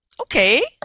Okay